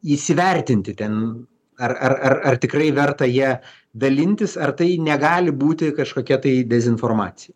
įsivertinti ten ar ar ar ar tikrai verta ja dalintis ar tai negali būti kažkokia tai dezinformacija